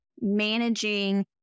managing